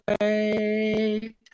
wait